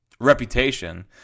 Reputation